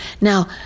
Now